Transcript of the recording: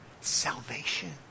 Salvation